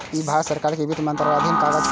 ई भारत सरकार के वित्त मंत्रालयक अधीन काज करैत छै